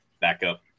backup